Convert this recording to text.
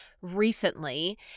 recently